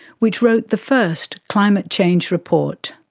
which wrote the first climate change report.